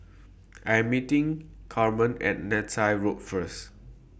I'm meeting Carma At Neythai Road First